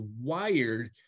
wired